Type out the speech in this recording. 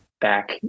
back